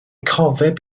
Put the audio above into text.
cofeb